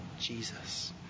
Jesus